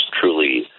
truly